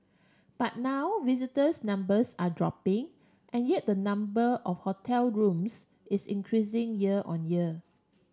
but now visitors numbers are dropping and yet the number of hotel rooms is increasing year on year